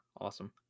Awesome